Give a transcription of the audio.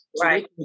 Right